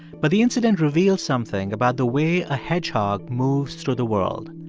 but the incident revealed something about the way a hedgehog moves through the world.